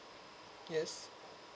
yes